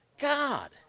God